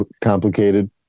complicated